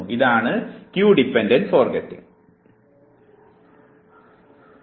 ഇതാണ് cue dependent forgetting നാം എന്തൊകൊണ്ട് മറക്കുന്നു എന്നതിനെ വിവരിക്കാൻ ശ്രമിക്കുന്ന മൂന്നാമത്തെ സിദ്ധാന്തം